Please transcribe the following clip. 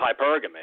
hypergamy